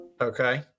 Okay